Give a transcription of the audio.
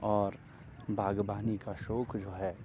اور باغبانی کا شوق جو ہے